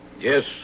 Yes